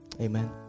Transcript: Amen